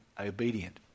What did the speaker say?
Obedient